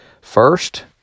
First